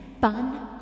fun